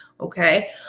Okay